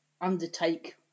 undertake